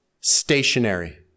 stationary